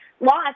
lost